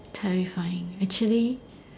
terrifying actually